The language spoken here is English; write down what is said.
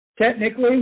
Technically